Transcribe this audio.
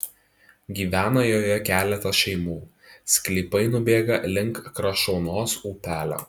gyvena joje keletas šeimų sklypai nubėga link krašuonos upelio